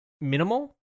minimal